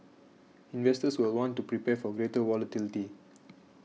investors will want to prepare for greater volatility